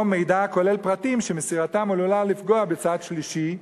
או מידע הכולל פרטים שמסירתם עלולה לפגוע בצד שלישי,